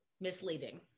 Misleading